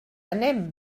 anem